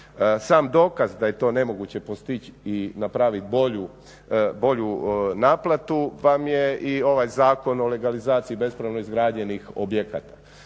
Sam dokaz da je to nemoguće postići i napraviti bolju naplatu vam je i ovaj Zakon o legalizaciji bespravno izgrađenih objekata.